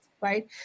right